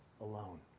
alone